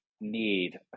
need